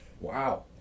Wow